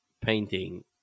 painting